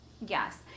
Yes